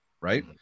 right